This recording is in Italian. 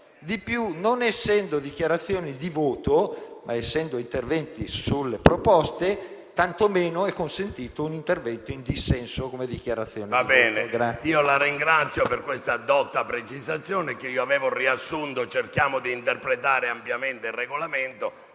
di più, non essendo dichiarazioni di voto, ma interventi sulle proposte, tantomeno è consentito un intervento in dissenso.